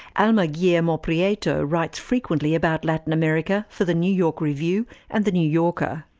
alma guillermoprieto writes frequently about latin america for the new york review and the new yorker.